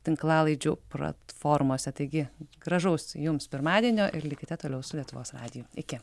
tinklalaidžių platformose taigi gražaus jums pirmadienio ir likite toliau su lietuvos radiju iki